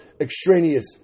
extraneous